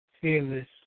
fearless